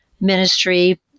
ministry